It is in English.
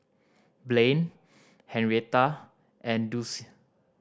Blaine Henrietta and Dulcie